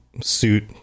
suit